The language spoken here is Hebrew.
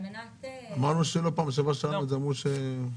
בשבוע שעבר אמרו שלא.